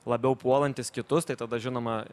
labiau puolantis kitus tai tada žinoma